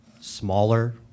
smaller